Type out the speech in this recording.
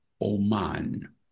oman